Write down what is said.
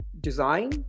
Design